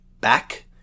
back